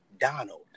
Donald